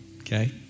Okay